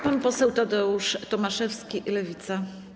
Pan poseł Tadeusz Tomaszewski, Lewica.